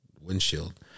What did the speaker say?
Windshield